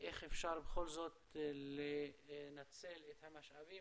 איך אפשר בכל זאת לנצל את המשאבים